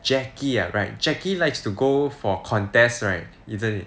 jacky ah right jacky likes to go for contest right isn't it